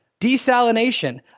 desalination